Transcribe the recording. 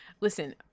Listen